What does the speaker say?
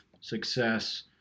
success